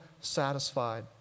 satisfied